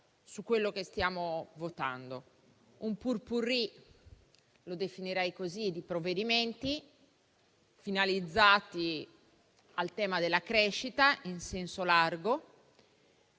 su quanto stiamo votando: un *potpourri* - lo definirei così - di provvedimenti, finalizzati al tema della crescita in senso largo,